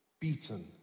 beaten